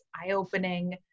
eye-opening